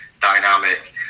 dynamic